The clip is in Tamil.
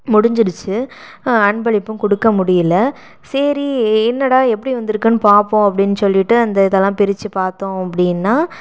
முடிஞ்சிடுச்சு அன்பளிப்பும் கொடுக்க முடியல சரி என்னடா எப்படி வந்திருக்குனு பார்ப்போம் அப்படின்னு சொல்லிவிட்டு அந்த இதல்லாம் பிரித்து பார்த்தோம் அப்படீன்னா